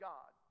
God